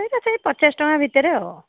ସେଇଟା ସେଇ ପଚାଶ ଟଙ୍କା ଭିତରେ ଆଉ